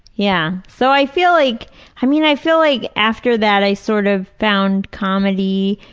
yeah. so, i feel like i mean i feel like after that i sort of found comedy.